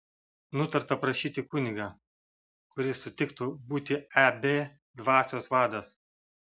nutarta prašyti kunigą kuris sutiktų būti eb dvasios vadas